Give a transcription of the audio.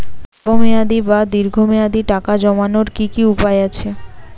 স্বল্প মেয়াদি বা দীর্ঘ মেয়াদি টাকা জমানোর কি কি উপায় আছে?